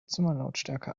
zimmerlautstärke